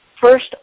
first